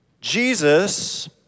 Jesus